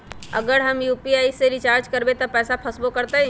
अगर हम यू.पी.आई से रिचार्ज करबै त पैसा फसबो करतई?